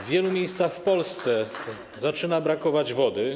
W wielu miejscach w Polsce zaczyna brakować wody.